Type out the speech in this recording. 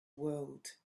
world